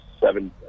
seven